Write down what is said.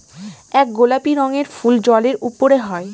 এক গোলাপি রঙের ফুল জলের উপরে হয়